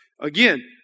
Again